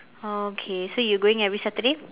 oh okay so you're going every saturday